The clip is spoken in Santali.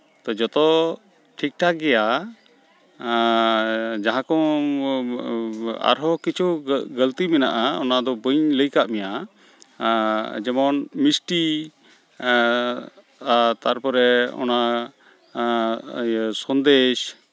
ᱛᱚ ᱡᱚᱛᱚ ᱴᱷᱤᱠᱼᱴᱷᱟᱠ ᱜᱮᱭᱟ ᱡᱟᱦᱟᱸ ᱠᱚ ᱟᱨᱦᱚᱸ ᱠᱤᱪᱷᱩ ᱜᱟᱹᱞᱛᱤ ᱢᱮᱱᱟᱜᱼᱟ ᱚᱱᱟᱫᱚ ᱵᱟᱹᱧ ᱞᱟᱹᱭ ᱠᱟᱫ ᱢᱮᱭᱟ ᱡᱮᱢᱚᱱ ᱢᱤᱥᱴᱤ ᱛᱟᱨᱯᱚᱨᱮ ᱚᱱᱟ ᱤᱭᱟᱹ ᱥᱚᱱᱫᱮᱹᱥ